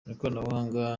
ikoranabuhanga